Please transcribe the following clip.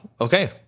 Okay